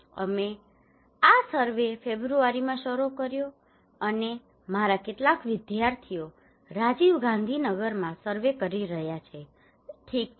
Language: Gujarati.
અને અમે આ સર્વે ફેબ્રુઆરીમાં શરૂ કર્યો હતો અને મારા કેટલાક વિદ્યાર્થીઓ રાજીવ ગાંધીનગરમાં સર્વે કરી રહ્યા છે ઠીક છે